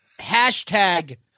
Hashtag